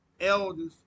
elders